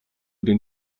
den